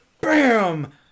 bam